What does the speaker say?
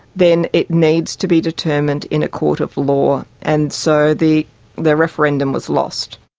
then it needs to be determined in a court of law. and so the the referendum was lost.